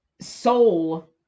soul